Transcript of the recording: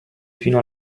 fino